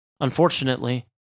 Unfortunately